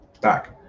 back